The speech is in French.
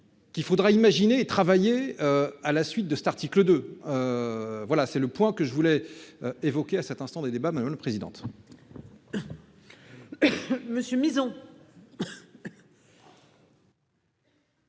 Qu'il faudra imaginer travailler à la suite de cet article de. Voilà, c'est le point que je voulais évoquer à cet instant des débats, le président. Monsieur misons.